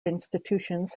institutions